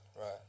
right